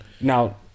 Now